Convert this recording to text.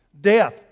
death